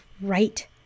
right